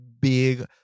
big